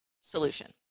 solution